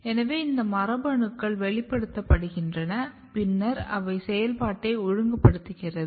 எனவே இந்த மரபணுக்கள் வெளிப்படுத்தப்படுகின்றன பின்னர் அவை செயல்பாட்டை ஒழுங்குபடுத்துகின்றன